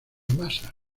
masa